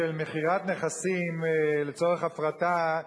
של מכירת נכסים לצורך הפרטה,